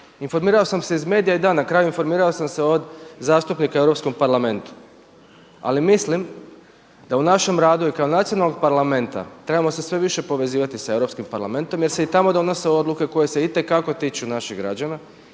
Informirao sam se iz medija i da na kraju informirao sam se od zastupnika u Europskom parlamentu. Ali mislim da u našem radu kao nacionalnog parlamenta trebamo se sve više povezivati sa Europskim parlamentom jer se i tamo donose odluke koje se itekako tiču naših građana,